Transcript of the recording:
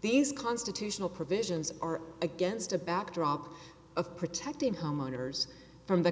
these constitutional provisions are against a backdrop of protecting homeowners from the